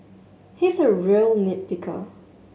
he is a real nit picker